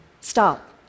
stop